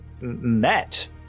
met